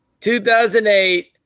2008